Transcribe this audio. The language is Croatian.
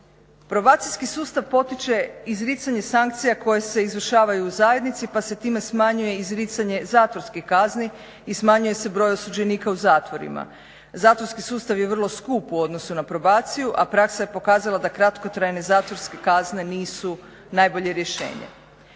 Probacijski sustav potiče izricanje sankcija koje se izvršavaju u zajednici pa se time smanjuje i izricanje zatvorskih kazni i smanjuje se broj osuđenika u zatvorima. Zatvorski sustav je vrlo skup u odnosu na probaciju a praksa je pokazala da kratkotrajne zatvorske kazne nisu najbolje rješenje.